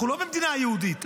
אנחנו לא במדינה יהודית,